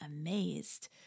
amazed